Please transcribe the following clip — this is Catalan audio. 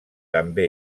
també